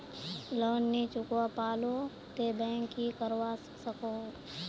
Loan नी चुकवा पालो ते बैंक की करवा सकोहो?